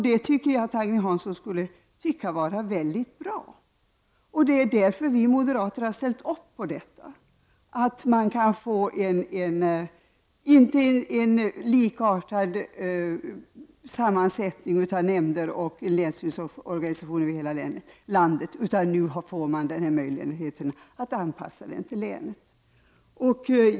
Jag trodde att Agne Hansson skulle tycka att det var väldigt bra. Det är därför som vi moderater har ställt oss bakom att man inte behöver ha en likartad nämndsammansättning och länsstyrelseorganisation över hela landet. Nu får man möjligheten att anpassa organisationen till det egna länet.